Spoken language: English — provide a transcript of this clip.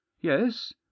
Yes